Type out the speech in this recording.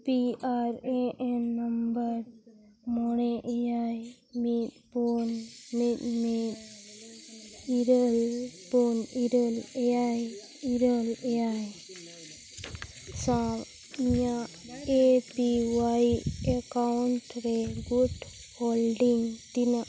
P R A N number ᱢᱚᱬᱮ ᱮᱭᱟᱭ ᱢᱤᱫ ᱯᱩᱱ ᱢᱤᱫ ᱢᱤᱫ ᱤᱨᱟᱹᱞ ᱯᱩᱱ ᱤᱨᱟᱹᱞ ᱮᱭᱟᱭ ᱤᱨᱟᱹᱞ ᱮᱭᱟᱭ ᱥᱟᱶ ᱤᱧᱟᱹᱜ ᱮ ᱯᱤ ᱚᱣᱟᱭ ᱮᱠᱟᱣᱩᱱᱴ ᱨᱮ ᱜᱩᱴ ᱦᱳᱞᱰᱤᱝ ᱛᱤᱱᱟᱹᱜ